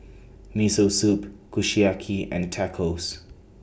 Miso Soup Kushiyaki and Tacos